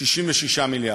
66 מיליארד.